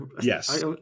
Yes